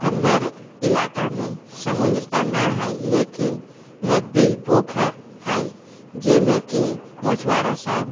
हमर इलाकामे समुन्द्रतऽ ना हय लेकिन नदी पोखरि हय जाहिमे कि मछुआरा सब